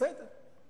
בסדר.